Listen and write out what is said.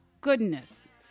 Goodness